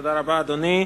תודה רבה, אדוני.